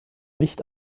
nicht